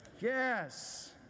Yes